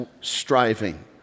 striving